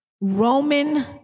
Roman